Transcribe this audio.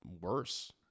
worse